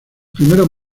primeros